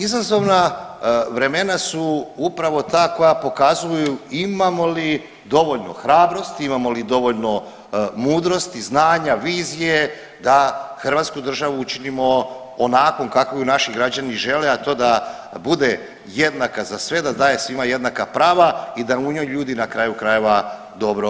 No, izazovna vremena su upravo ta koja pokazuju imamo li dovoljno hrabrosti, imamo li dovoljno mudrosti, znanja, vizije da Hrvatsku državu učinimo onakvom kakvu je naši građani žele, a to da bude jednaka za sve da daje svima jednaka prava i da u njoj ljudi na kraju krajeva dobro žive.